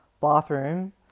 bathroom